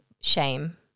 shame